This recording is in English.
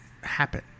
happen